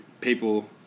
people